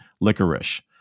licorice